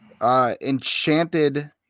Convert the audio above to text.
enchanted